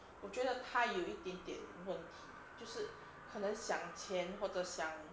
我觉得他有一点点问题就是可能想钱或者想